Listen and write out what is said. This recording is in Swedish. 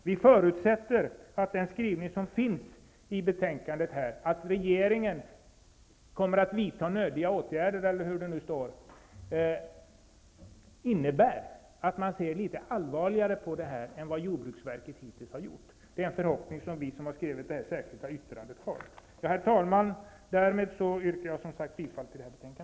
Vi förutsätter att skrivningen i betänkandet, att regeringen kommer att vidta nödvändiga åtgärder, innebär att man ser litet allvarligare på detta än jordbruksverket tycks ha gjort. Det är en förhoppning som vi som har skrivit det särskilda yttrandet har. Herr talman! Därmed yrkar jag alltså bifall till utskottets hemställan.